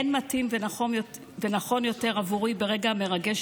אין מתאים ונכון יותר עבורי ברגע המרגש